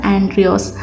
Andreas